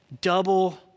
Double